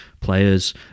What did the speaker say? players